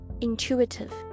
intuitive